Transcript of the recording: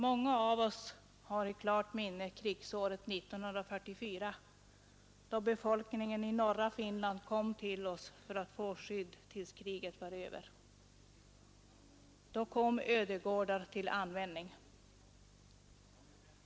Många av oss har i klart minne krigsåret 1944, då befolkningen i norra Finland kom till oss för att få skydd tills kriget var över. Då kom ödegårdar till användning.